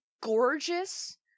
gorgeous